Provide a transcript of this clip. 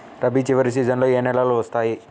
రబీ చివరి సీజన్లో ఏ నెలలు వస్తాయి?